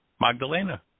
Magdalena